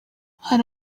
hari